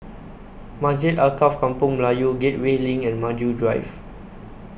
Masjid Alkaff Kampung Melayu Gateway LINK and Maju Drive